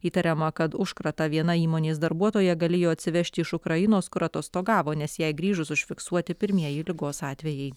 įtariama kad užkratą viena įmonės darbuotoja galėjo atsivežti iš ukrainos kur atostogavo nes jai grįžus užfiksuoti pirmieji ligos atvejai